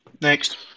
Next